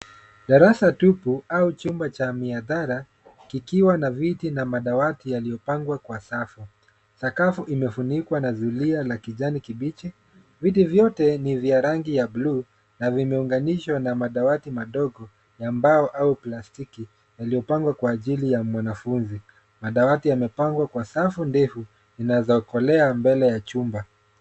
Darasa tupu au chumba cha mihadhara kikiwa na viti na madawati yaliyopangwa kwa safu. Sakafu imefunikwa na zulia la kijani kibichi. Viti vyote ni vya rangi ya blue na vimeunganishwa na madawati madogo ya mbao au plastiki yaliyopangwa kwa ajili ya mwanafunzi. Madawati yamepangwa kwa safu ndefu inazokolea mbele ya chumba.